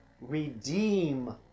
redeem